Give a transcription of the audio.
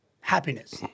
happiness